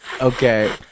Okay